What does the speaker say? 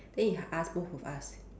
then he ask both of us